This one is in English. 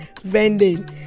vending